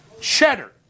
Cheddar